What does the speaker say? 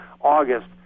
August